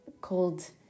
called